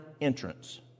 entrance